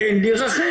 אין לי רח"ל,